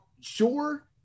sure